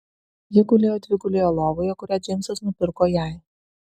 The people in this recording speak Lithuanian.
ji gulėjo dvigulėje lovoje kurią džeimsas nupirko jai